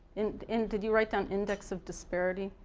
and and did you write down index of disparity?